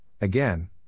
again